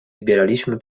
zbieraliśmy